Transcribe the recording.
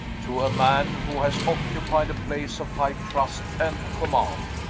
to a man who has occupied a place of high trust and command.